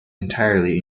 entirely